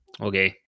Okay